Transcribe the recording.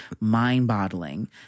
mind-boggling